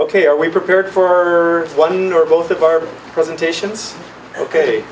ok are we prepared for one or both of our presentations ok